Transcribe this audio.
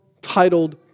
titled